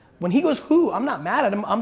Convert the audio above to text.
when he goes woo, i'm not mad at him, um